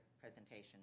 presentation